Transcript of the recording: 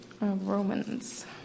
Romans